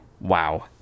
wow